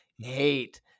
hate